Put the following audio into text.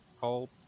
hold